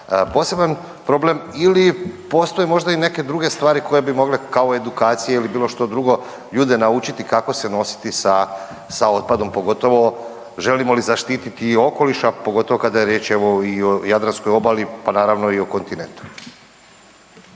poseban problem ili postoje možda i neke druge stvari kao edukacije ili bilo što drugo ljude naučiti kako se nositi sa otpadom, pogotovo želimo li zaštiti i okoliš, a pogotovo kada je riječ o jadranskoj obali, pa naravno i o kontinentu.